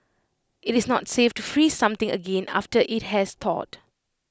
IT is not safe to freeze something again after IT has thawed